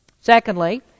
Secondly